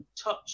touch